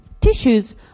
tissues